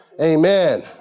Amen